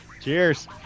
cheers